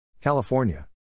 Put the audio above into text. California